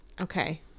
Okay